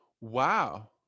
Wow